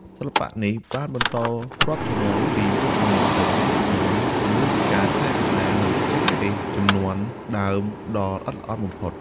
សិល្បៈនេះបានបន្តរាប់ជំនាន់ពីមួយជំនាន់ទៅមួយជំនាន់ជាមួយនឹងការថែរក្សានូវបច្ចេកទេសជំនាន់ដើមដ៏ល្អិតល្អន់បំផុត។